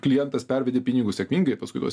klientas pervedė pinigus sėkmingai paskui tuos